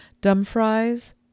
Dumfries